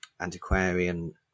Antiquarian